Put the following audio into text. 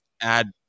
add